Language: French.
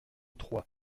trois